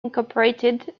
incorporated